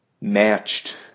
matched